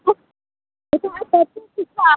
उफ तोरा किछु